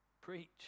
Preach